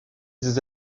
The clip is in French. des